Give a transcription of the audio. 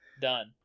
Done